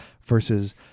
versus